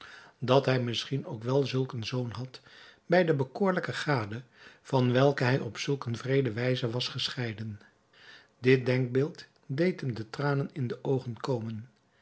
dat hij misschien ook wel zulk een zoon had bij de bekoorlijke gade van welke hij op zulk een wreede wijze was gescheiden dit denkbeeld deed hem de tranen in de oogen komen